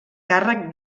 càrrec